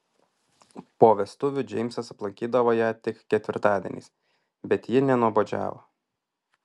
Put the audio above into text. po vestuvių džeimsas aplankydavo ją tik ketvirtadieniais bet ji nenuobodžiavo